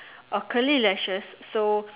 or curly lashes so